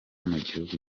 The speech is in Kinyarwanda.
mugihugu